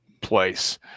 place